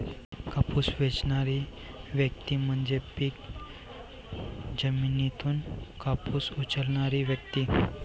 कापूस वेचणारी व्यक्ती म्हणजे पीक जमिनीतून कापूस उचलणारी व्यक्ती